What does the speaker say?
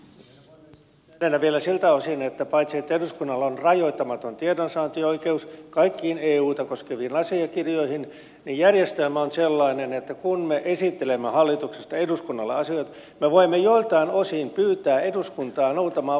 täydennän vielä siltä osin että paitsi että eduskunnalla on rajoittamaton tiedonsaantioikeus kaikkiin euta koskeviin asiakirjoihin järjestelmä on myös sellainen että kun me esittelemme hallituksesta eduskunnalle asioita me voimme joiltain osin pyytää eduskuntaa noudattamaan vaiteliaisuutta